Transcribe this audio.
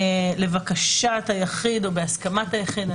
לבקשת היחיד או בהסכמת היחיד.